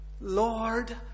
Lord